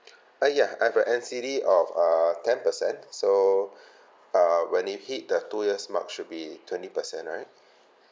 uh ya I have an N_C_D of err ten per cent so uh when it hit the two years mark should be twenty per cent right